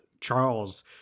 charles